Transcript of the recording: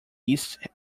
east